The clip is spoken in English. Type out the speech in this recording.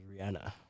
Rihanna